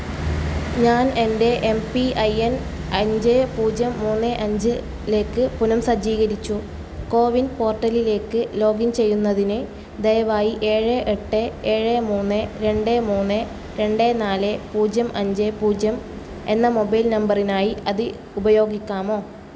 ഞാൻ എന്റെ M P I N അഞ്ച് പൂജ്യം മൂന്ന് അഞ്ച് ലേക്ക് പുനംസജ്ജീകരിച്ചു കോ വിൻ പോർട്ടലിലേക്ക് ലോഗിൻ ചെയ്യുന്നതിന് ദയവായി ഏഴ് എട്ട് ഏഴ് മൂന്ന് രണ്ട് മൂന്ന് രണ്ട് നാല് പൂജ്യം അഞ്ച് പൂജ്യം എന്ന മൊബൈൽ നമ്പറിനായി അത് ഉപയോഗിക്കാമോ